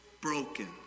broken